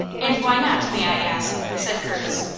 and why not, may i ask? said curtis,